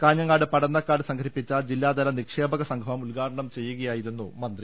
കാഞ്ഞങ്ങാട് പടന്നക്കാട് സംഘടിപ്പിച്ച ജില്ലാതല നിക്ഷേപക സംഗമം ഉദ്ഘാടനം ചെയ്യുകയായിരുന്നു മന്ത്രി